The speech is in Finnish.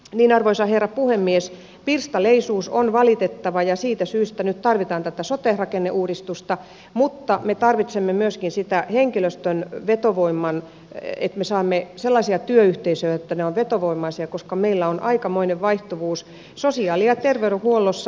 niin arvoisa herra puhemies pirstaleisuus on valitettavaa ja siitä syystä nyt tarvitaan tätä sote rakenneuudistusta mutta me tarvitsemme myöskin sitä henkilöstön vetovoimaa että me saamme sellaisia työyhteisöjä että ne ovat vetovoimaisia koska meillä on aikamoinen vaihtuvuus sosiaali ja terveydenhuollossa